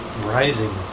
Rising